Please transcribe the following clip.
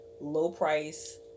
low-price